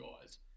guys